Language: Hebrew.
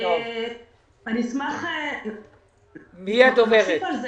אשמח להוסיף על זה.